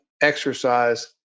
exercise